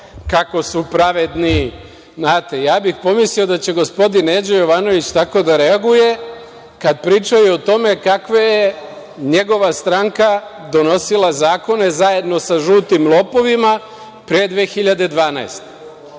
kako su pravedni. Ja bih pomislio da će gospodin Neđo Jovanović tako da reaguje kad pričaju o tome kako je njegova stranka donosila zakone zajedno sa žutim lopovima pre 2012.